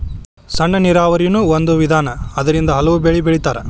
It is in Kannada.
ಸಣ್ಣ ನೇರಾವರಿನು ಒಂದ ವಿಧಾನಾ ಅದರಿಂದ ಹಲವು ಬೆಳಿ ಬೆಳಿತಾರ